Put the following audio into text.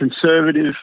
conservative